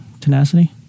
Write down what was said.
tenacity